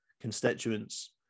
constituents